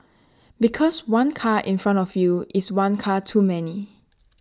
because one car in front of you is one car too many